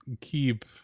keep